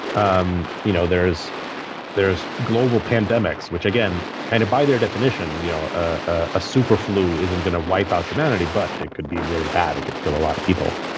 um you know there is there is global pandemics, which, again, kind of by their definition, you know a super flu isn't going to wipe out humanity. but it could be really bad. it could kill a lot of people.